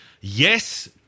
Yes